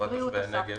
לטובת תושבי הנגב".